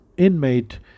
inmate